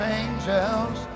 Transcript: angels